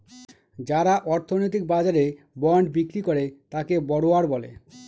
যারা অর্থনৈতিক বাজারে বন্ড বিক্রি করে তাকে বড়োয়ার বলে